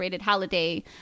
holiday